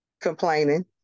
complaining